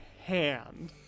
hand